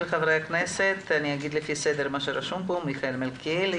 חברי כנסת אומר לפי הסדר שרשום פה: מיכאל מלכיאלי,